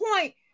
point